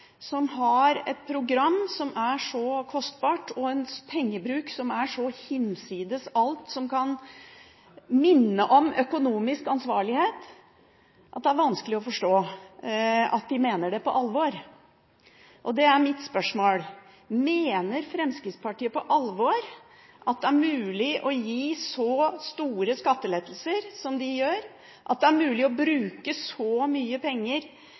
som har et program som er så kostbart, og en pengebruk som er så hinsides alt som kan minne om økonomisk ansvarlighet, at det er vanskelig å forstå at de mener det på alvor. Og spørsmålet mitt er: Mener Fremskrittspartiet på alvor at det er mulig å gi så store skattelettelser, som de gjør? At det er mulig å bruke så mye penger